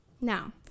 Now